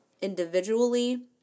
individually